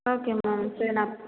okay ma'am சரி நான்